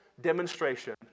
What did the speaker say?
demonstration